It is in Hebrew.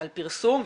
על פרסום,